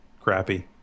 crappy